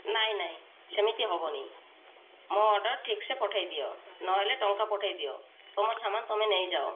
ନାଇଁ ନାଇଁ ସେମିତି ହେବନି ମୋ ଅର୍ଡ଼ର ଠିକ୍ସେ ପଠେଇ ଦିଅ ନହେଲେ ଟଙ୍କା ପଠେଇଦିଅ ତମ ସାମାନ ତମେ ନେଇଯାଅ